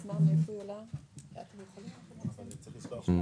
עד שתעלה המצגת אני אגיד כמה